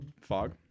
fog